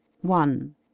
one